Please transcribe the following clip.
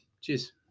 Cheers